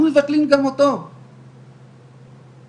גם עם